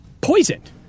poisoned